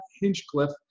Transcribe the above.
Hinchcliffe